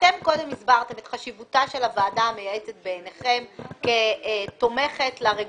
אתם קודם הסברתם את חשיבותה של הוועדה המייעצת בעיניכם כתומכת לרגולטור.